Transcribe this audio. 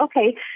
okay